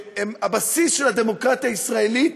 שהם הבסיס של הדמוקרטיה הישראלית,